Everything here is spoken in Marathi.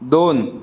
दोन